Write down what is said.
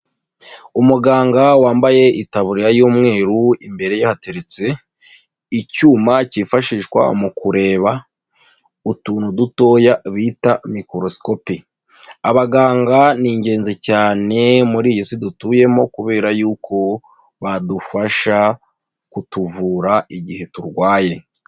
Umuganga wambaye itaburiya y'umweru imbere hateretse icyuma kifashishwa mu kureba utuntu dutoya bita mikorosikopi, abaganga ni ingenzi cyane muri iyi si dutuyemo kubera yuko badufasha kutuvura igihe turwaye.